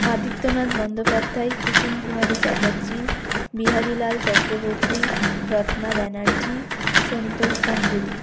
Adityanath Bandyopadhyay Kusumkumari Chatterjee Biharilal Chakraborty Ratna Banerjee Santosh Ganguly